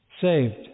saved